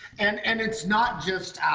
and and it's not just